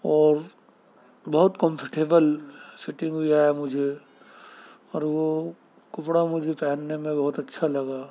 اور بہت comfortable fitting بھی آیا مجھے اور وہ کپڑا مجھے پہننے میں بہت اچھا لگا